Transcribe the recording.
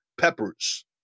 peppers